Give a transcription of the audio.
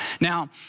Now